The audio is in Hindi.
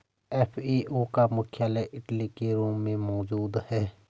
एफ.ए.ओ का मुख्यालय इटली के रोम में मौजूद है